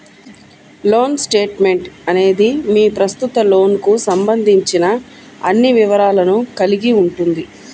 loan statement అనేది మీ ప్రస్తుత లోన్కు సంబంధించిన అన్ని వివరాలను కలిగి ఉంటుంది